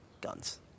guns